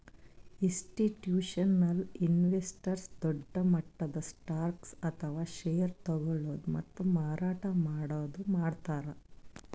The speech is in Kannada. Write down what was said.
ಇಸ್ಟಿಟ್ಯೂಷನಲ್ ಇನ್ವೆಸ್ಟರ್ಸ್ ದೊಡ್ಡ್ ಮಟ್ಟದ್ ಸ್ಟಾಕ್ಸ್ ಅಥವಾ ಷೇರ್ ತಗೋಳದು ಮತ್ತ್ ಮಾರಾಟ್ ಮಾಡದು ಮಾಡ್ತಾರ್